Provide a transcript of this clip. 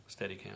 Steadicam